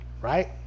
right